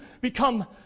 become